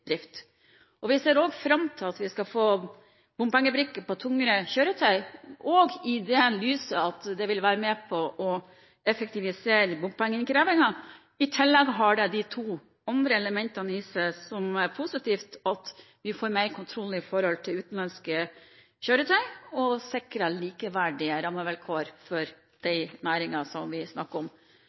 drift. Vi ser også fram til at vi skal få bompengebrikke for tyngre kjøretøy – også sett i lys av at det vil være med på å effektivisere bompengeinnkrevingen. I tillegg har det to andre positive elementer ved seg – at vi får mer kontroll med utenlandske kjøretøy, og at vi sikrer likeverdige rammevilkår for den næringen som vi snakker om.